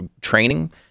training